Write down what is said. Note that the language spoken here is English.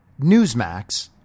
Newsmax